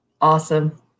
Awesome